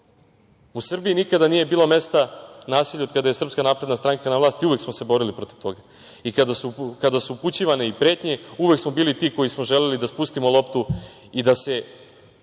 Srbiji nikada nije bilo mesta nasilju od kada je SNS na vlasti, uvek smo se borili protiv toga. Kada su upućivane i pretnje, uvek smo bili ti koji smo želeli da spustimo loptu i da se